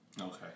Okay